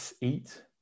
eat